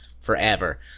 forever